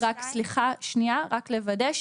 רק לוודא.